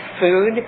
food